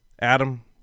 Adam